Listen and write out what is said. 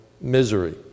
misery